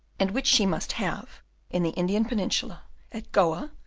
and which she must have in the indian peninsula at goa,